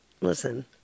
Listen